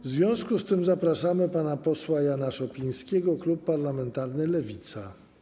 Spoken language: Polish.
W związku z tym zapraszamy pana posła Jana Szopińskiego, klub parlamentarny Lewica.